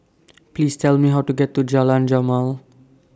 Please Tell Me How to get to Jalan Jamal